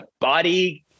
Body